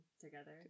together